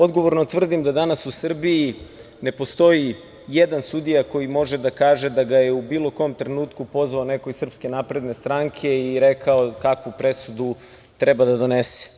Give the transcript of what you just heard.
Odgovorno tvrdim da danas u Srbiji ne postoji jedan sudija koji može da kaže da ga je u bilo kom trenutku pozvao neko iz SNS i rekao kakvu presudu treba da donese.